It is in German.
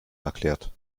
erklärt